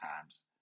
times